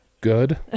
Good